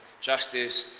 justice,